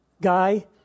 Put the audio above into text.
guy